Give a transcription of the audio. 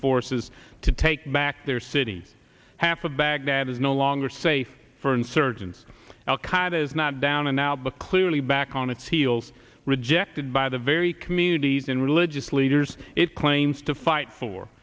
forces to take back their city half of baghdad is no longer safe for insurgents al qaida is not down and now but clearly back on its heels rejected by the very communities and religious leaders it claims to fight for